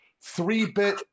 three-bit